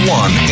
one